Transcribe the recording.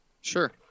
Sure